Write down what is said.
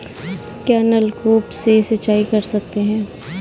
क्या नलकूप से सिंचाई कर सकते हैं?